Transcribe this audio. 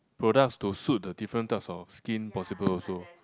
products to suit the different types of skin possible also